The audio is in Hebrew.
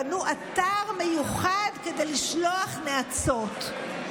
בנו אתר מיוחד כדי לשלוח נאצות.